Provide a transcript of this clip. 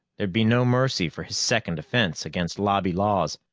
there'd be no mercy for his second offense against lobby laws.